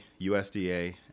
USDA